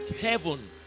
heaven